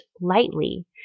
lightly